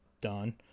done